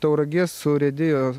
tauragės urėdijo